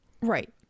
Right